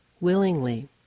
willingly